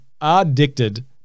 addicted